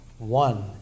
One